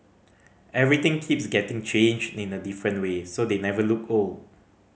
everything keeps getting changed in a different way so they never look old